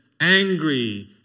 angry